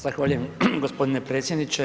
Zahvaljujem gospodine predsjedniče.